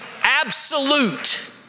absolute